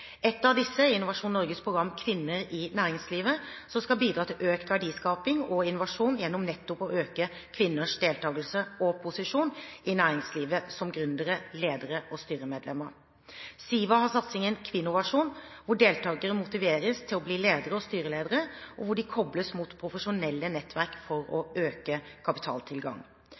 Et av disse tiltakene er Innovasjon Norges program «Kvinner i næringslivet», som skal bidra til økt verdiskaping og innovasjon gjennom nettopp å øke kvinners deltakelse og posisjon i næringslivet som gründere, ledere og styremedlemmer. SIVA har satsingen «Kvinnovasjon», hvor deltakerne motiveres til å bli ledere og styreledere, og hvor de kobles mot profesjonelle nettverk for økt kapitaltilgang.